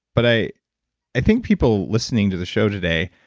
but i i think people listening to the show today,